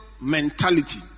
mentality